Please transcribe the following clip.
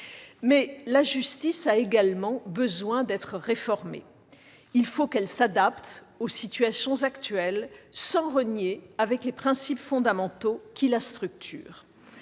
la justice a également besoin d'être réformée. Il faut qu'elle s'adapte aux situations actuelles sans renier les principes fondamentaux qui la structurent.